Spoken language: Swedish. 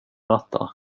matta